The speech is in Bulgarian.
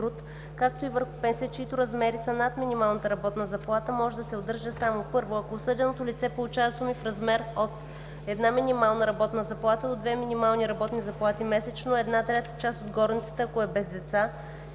както и върху пенсия, чиито размери са над минималната работна заплата, може да се удържа само: 1. ако осъденото лице получава суми в размер от 1 минимална работна заплата до 2 минимални работни заплати месечно – една трета част от горницата, ако е без деца,